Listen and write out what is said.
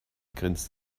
grinst